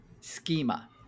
schema